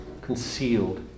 concealed